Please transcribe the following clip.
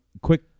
quick